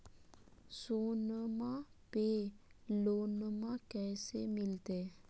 सोनमा पे लोनमा कैसे मिलते?